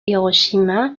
hiroshima